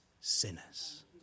sinners